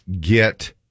get